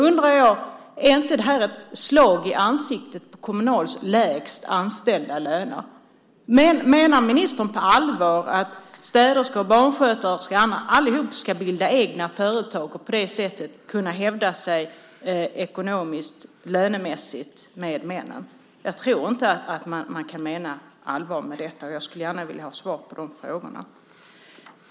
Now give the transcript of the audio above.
Är inte det ett slag i ansiktet på Kommunals anställda med de lägsta lönerna? Menar ministern på allvar att städerskor, barnskötare och andra allihop ska bilda egna företag och på det sättet kunna hävda sig ekonomiskt och lönemässigt med männen? Jag tror inte att man kan mena allvar med detta. Jag skulle gärna vilja ha svar på de frågorna.